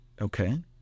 Okay